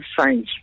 signs